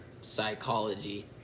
psychology